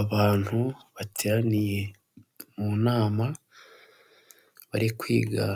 Abantu bateraniye mu nama, bari kwiga